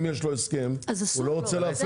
אם יש לו הסכם, הוא לא רוצה להפר אותו.